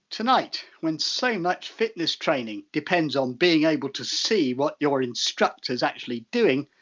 tonight, when so much fitness training depends on being able to see what your instructor's actually doing,